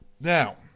Now